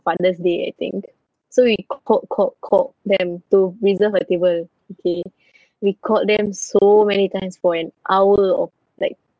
father's I think so we called called called them to reserve a table okay we called them so many times for an hour or like